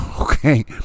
okay